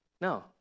No